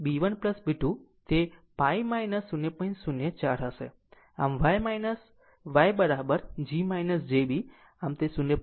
22 હશે અને b will beb 1 b 2 તે poi 0